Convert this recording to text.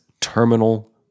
terminal